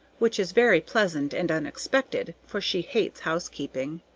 which is very pleasant and unexpected, for she hates housekeeping.